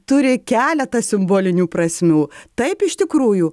turi keletą simbolinių prasmių taip iš tikrųjų